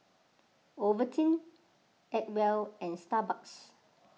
Ovaltine Acwell and Starbucks